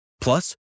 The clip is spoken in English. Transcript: Plus